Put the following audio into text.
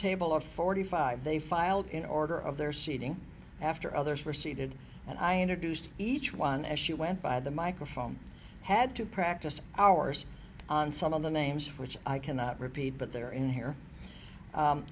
table of forty five they filed in order of their seating after others were seated and i introduced each one as she went by the microphone had to practice hours on some of the names which i cannot repeat but they're in here